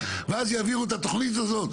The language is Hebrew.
ואז יעבירו את התוכנית הזאת?